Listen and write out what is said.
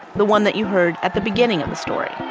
the one that you heard at the beginning of the story,